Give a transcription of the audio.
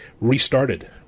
restarted